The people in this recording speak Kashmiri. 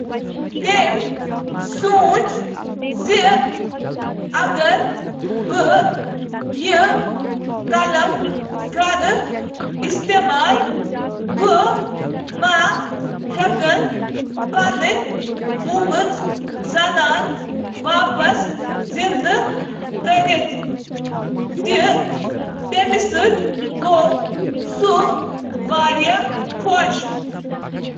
تٔمۍ سُنٛد خیال اوس زِ اگر بہٕ یہِ قلم استعمال کٔر، بہٕ ہٮ۪کہٕ پنٕنۍ خانٛدارِنۍ زِنٛدٕ کٔرِتھ، تہٕ سُہ گوٚو واریاہ خۄش۔